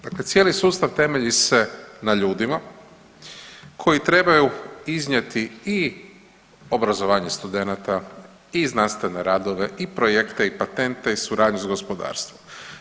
Dakle cijeli sustav temelji se na ljudima koji trebaju iznijeti i obrazovanje studenata i znanstvene radove i projekte i patentne i suradnju s gospodarstvom.